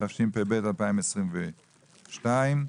התשפ"ב 2022,